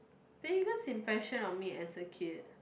biggest impression on me as a kid